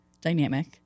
dynamic